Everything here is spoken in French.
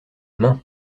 mains